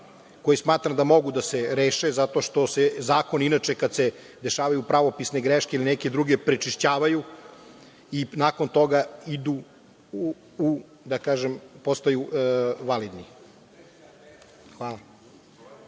koje smatram da mogu da se reše, zato što zakon inače kada se rešavaju pravopisne greške ili neke druge, prečišćava i nakon toga postaje validan. Hvala.